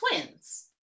twins